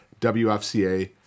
WFCA